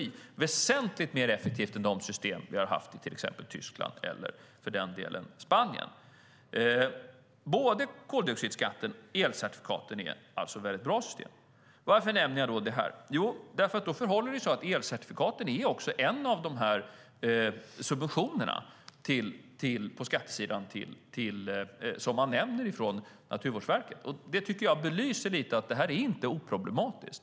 Det har varit väsentligt mer effektivt än de system som finns i till exempel Tyskland och Spanien. Både koldioxidskatten och elcertifikaten är alltså väldigt bra system. Varför nämner jag då det här? Jo, därför att elcertifikaten är en av subventionerna på skattesidan som Naturvårdsverket tar upp. Det belyser att detta inte är oproblematiskt.